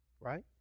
Right